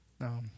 No